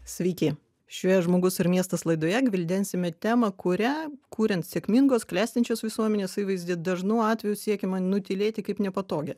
sveiki šioje žmogus ir miestas laidoje gvildensime temą kurią kuriant sėkmingos klestinčios visuomenės įvaizdį dažnu atveju siekiama nutylėti kaip nepatogią